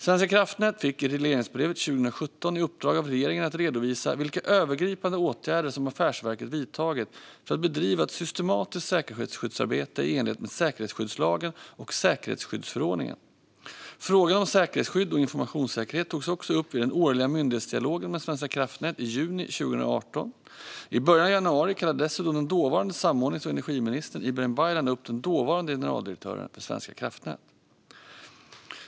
Svenska kraftnät fick i regleringsbrevet 2017 i uppdrag av regeringen att redovisa vilka övergripande åtgärder som affärsverket vidtagit för att bedriva ett systematiskt säkerhetsskyddsarbete i enlighet med säkerhetsskyddslagen och säkerhetsskyddsförordningen. Frågan om säkerhetsskydd och informationssäkerhet togs också upp vid den årliga myndighetsdialogen med Svenska kraftnät i juni 2018. I början av januari kallade dessutom den dåvarande samordnings och energiministern Ibrahim Baylan upp den dåvarande generaldirektören för Svenska kraftnät.